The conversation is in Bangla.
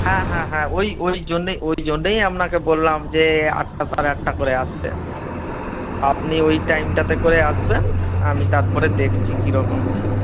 হ্যাঁ হ্যাঁ হ্যাঁ ওই ওই জন্যেই ওই জন্যেই আপনাকে বললাম যে আটটা সাড়ে আটটা করে আসতে আপনি ওই টাইমটাতে করে আসবেন আমি তারপরে দেখছি কীরকম কী